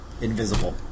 invisible